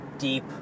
Deep